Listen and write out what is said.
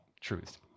truths